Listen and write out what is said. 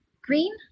Green